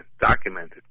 documented